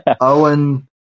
Owen